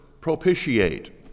propitiate